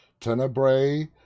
Tenebrae